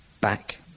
back